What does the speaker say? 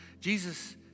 Jesus